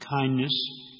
kindness